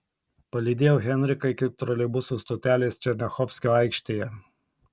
palydėjau henriką iki troleibusų stotelės černiachovskio aikštėje